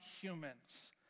humans